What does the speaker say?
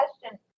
question